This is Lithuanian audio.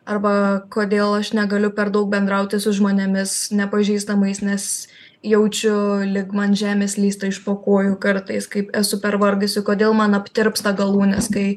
arba kodėl aš negaliu per daug bendrauti su žmonėmis nepažįstamais nes jaučiu lyg man žemė slysta iš po kojų kartais kaip esu pervargusi kodėl man aptirpsta galūnės kai